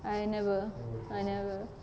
I never I never